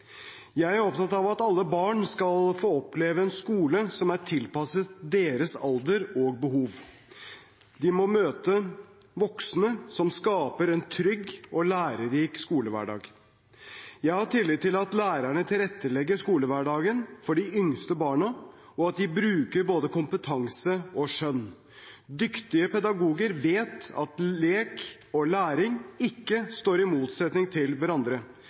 Jeg er opptatt av at alle barn skal få oppleve en skole som er tilpasset deres alder og behov. De må møte voksne som skaper en trygg og lærerik skolehverdag. Jeg har tillit til at lærerne tilrettelegger skolehverdagen for de yngste barna, og at de bruker både kompetanse og skjønn. Dyktige pedagoger vet at lek og læring ikke står i motsetning til hverandre,